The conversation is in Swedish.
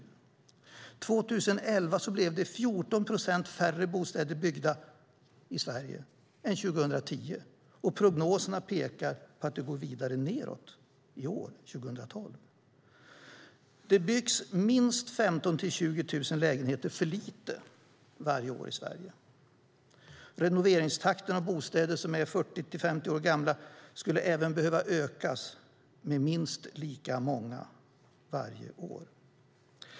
År 2011 blev det 14 procent färre bostäder byggda i Sverige än 2010, och prognoserna pekar vidare nedåt för 2012. Det byggs minst 15 000-20 000 lägenheter för lite varje år i Sverige. Renoveringstakten av bostäder som är 40-50 år gamla skulle även den behöva ökas med minst lika många bostäder varje år.